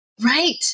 Right